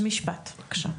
משפט, בבקשה.